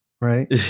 right